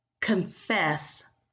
confess